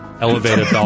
elevated